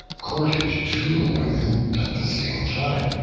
courted two women at the same time.